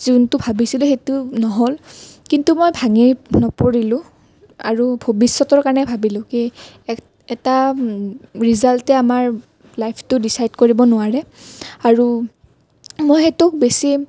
যিটো ভাবিছিলো সেইটো নহ'ল কিন্তু মই ভাঙি নপৰিলো আৰু ভৱিষ্যতৰ কাৰণে ভাবিলো কি এ এটা ৰিজাল্টে আমাৰ লাইফটো ডিচাইড কৰিব নোৱাৰে আৰু মই সেইটোক বেছি